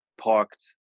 parked